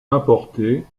importées